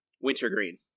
Wintergreen